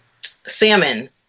Salmon